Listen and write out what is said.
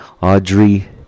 Audrey